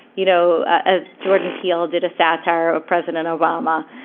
you know. ah jordan peele did a satire of president obama,